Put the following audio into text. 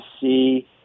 see